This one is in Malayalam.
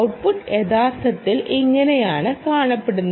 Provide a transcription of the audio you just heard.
ഔട്ട്പുട്ട് യഥാർത്ഥത്തിൽ ഇങ്ങനെയാണ് കാണപ്പെടുന്നത്